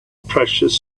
precious